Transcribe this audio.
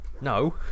No